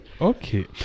Okay